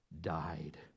died